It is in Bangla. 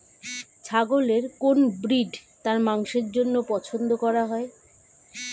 ছাগলের কোন ব্রিড তার মাংসের জন্য পছন্দ করা হয়?